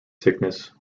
sickness